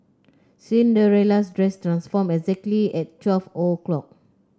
Cinderella's dress transformed exactly at twelve o'clock